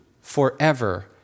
forever